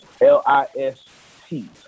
L-I-S-T